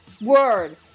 Word